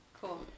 Cool